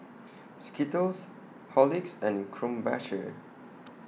Skittles Horlicks and Krombacher